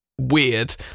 weird